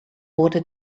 wurde